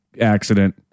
accident